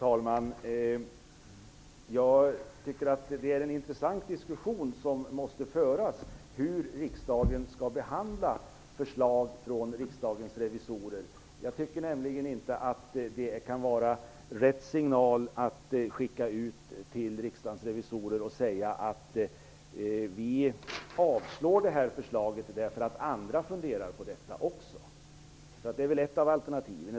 Fru talman! Hur riksdagen skall behandla förslag från Riksdagens revisorer är en intressant diskussion som måste föras. Att vi avslår det här förslaget därför att andra också funderar på detta tycker jag inte kan vara rätt signal att skicka ut till Riksdagens revisorer. - Det är väl ett av alternativen.